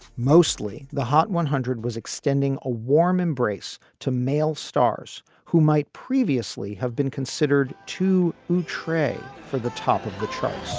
mostly the hot one hundred was extending a warm embrace to male stars who might previously have been considered too moutray for the top of the charts